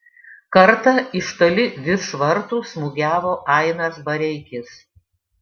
kartą iš toli virš vartų smūgiavo ainas bareikis